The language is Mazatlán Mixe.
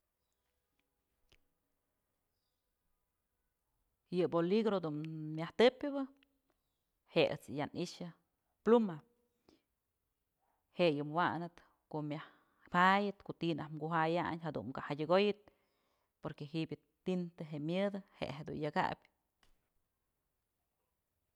Yë bolidra dun myajtëpyëbë je'e ëjt's ya ni'ixë pluma je'e yë wanëp ko'o myaj jayët ko'o ti'i naj kujayayn jadun ka'a jadyëkoyët porque ji'ib je'e tintë dun myëdë je'e jedun yak jabyë.